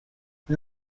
این